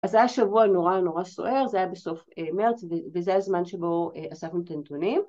‫אז זה היה שבוע נורא נורא סוער, ‫זה היה בסוף מרץ, ‫וזה היה זמן שבו עשינו את הנתונים.